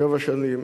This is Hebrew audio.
שבע שנים,